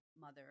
mother